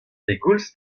pegoulz